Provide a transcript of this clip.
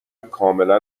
کاملا